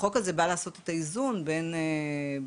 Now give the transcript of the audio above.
החוק הזה בא לעשות את האיזון בין זה